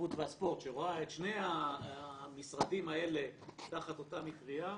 התרבות והספורט שרואה את שני המשרדים האלה תחת אותה מטרייה,